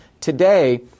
Today